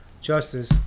justice